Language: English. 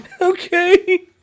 Okay